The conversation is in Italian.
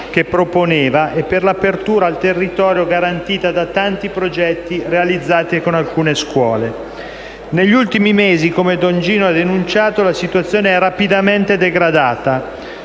che proponeva, e per l'apertura al territorio garantita da tanti progetti realizzati con alcune scuole. Negli ultimi mesi, come don Gino ha denunciato, la situazione è rapidamente degradata.